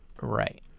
Right